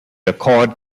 accord